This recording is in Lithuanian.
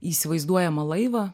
įsivaizduojamą laivą